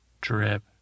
drip